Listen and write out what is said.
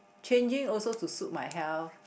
changing also to suit my health